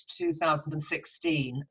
2016